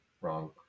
wrong